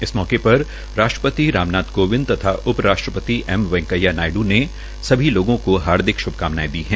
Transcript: इस मौके पर राष्ट्रपति राम नाथ कोविंद तथा उप राष्ट्रपति एम वैंकेया नायड् ने सभी लोगों को हार्दिक श्भकामनाएं दी है